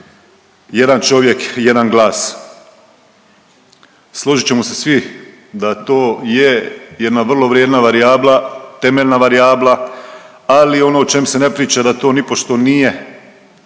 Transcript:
jedan čovjek jedan glas. Složit ćemo se svi da to je jedna vrlo vrijedna varijabla, temeljna varijabla, ali ono o čem se ne priča da to nipošto nije